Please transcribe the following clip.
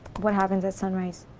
what happens at sunrise?